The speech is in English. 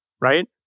right